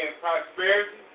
prosperity